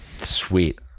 Sweet